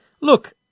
Look